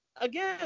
again